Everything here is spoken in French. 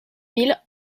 mille